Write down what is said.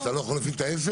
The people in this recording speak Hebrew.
אתה לא יכול להפעיל את העסק?